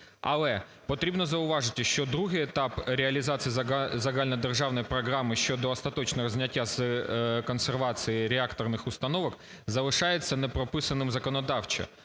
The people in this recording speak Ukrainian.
Але потрібно зауважити, що другий етап реалізації Загальнодержавної програми щодо остаточного зняття з консервації реакторних установок залишається не прописаним законодавчо.